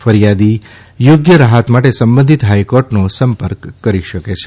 ફરીયાદી યોગ્ય રાહત માટે સંબંધિત હાઇકોર્ટનો સંપર્ક કરી શકે છે